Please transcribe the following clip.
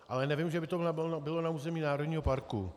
Ale nevím, že by to bylo na území národního parku.